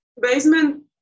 basement